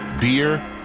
beer